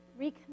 recommit